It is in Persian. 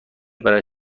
برای